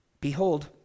Behold